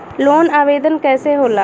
Loan आवेदन कैसे होला?